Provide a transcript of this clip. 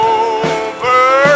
over